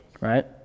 Right